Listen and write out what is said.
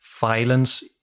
violence